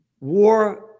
war